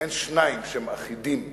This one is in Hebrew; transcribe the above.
ואין שניים שהם אחידים בדעותיהם.